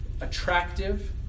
attractive